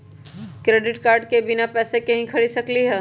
Credit card से बिना पैसे के ही खरीद सकली ह?